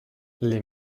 les